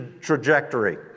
trajectory